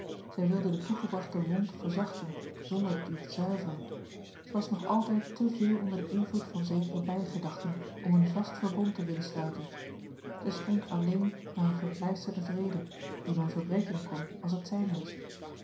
zij wilde de toegebrachte wond verzachten zonder die te zuiveren zij was nog altijd te veel onder den invloed van zekere bijgedachten om een vast verbond te willen sluiten zij stond alleen naar een gepleisterden vrede dien men verbreken kon als het zijn moest